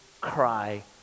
cry